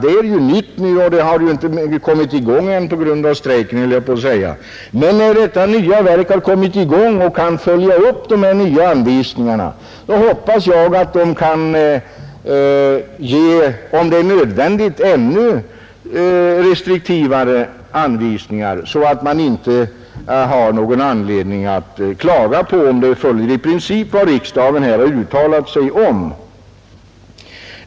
Verket är ju nytt och har på grund av strejken inte kommit i gång ordentligt, men när detta nya verk har kommit i gång hoppas jag att verket, om det är nödvändigt, ger ut ännu mera restriktiva anvisningar, så att det inte finns anledning att klaga på dem, om de följer vad riksdagen i princip har uttalat.